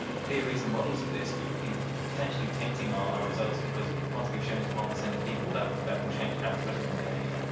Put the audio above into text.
theories and models of this could be potentially tainting our results because once we've shown it to one percent of people that will that will change how the rest of them behave.